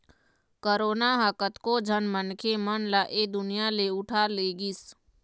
corona ह कतको झन मनखे मन ल ऐ दुनिया ले उठा लेगिस